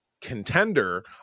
contender